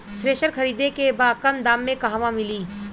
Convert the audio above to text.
Thresher खरीदे के बा कम दाम में कहवा मिली?